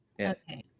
Okay